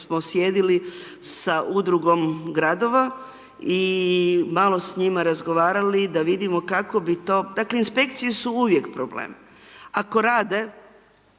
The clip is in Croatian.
smo sjedili sa Udrugom Gradova, i malo s njima razgovarali da vidimo kako bi to, dakle, inspekcije su uvijek problem. Ako rade